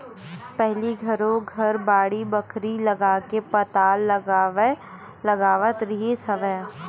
पहिली घरो घर बाड़ी बखरी लगाके पताल लगावत रिहिस हवय